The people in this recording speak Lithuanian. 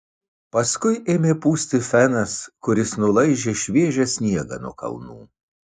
paskui ėmė pūsti fenas kuris nulaižė šviežią sniegą nuo kalnų